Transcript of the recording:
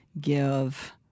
give